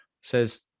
says